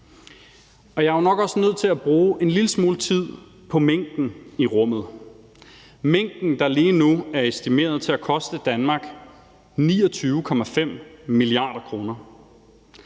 jeg er jo nok også nødt til at bruge en lille smule tid på minken, der lige nu er estimeret til at koste Danmark 29,5 mia. kr.